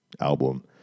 album